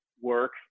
work